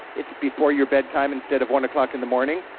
it's before your bedtime instead of one o'clock in the morning,